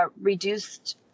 Reduced